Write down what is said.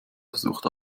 versucht